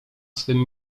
swym